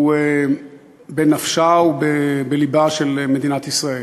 הוא בנפשה ובלבה של מדינת ישראל.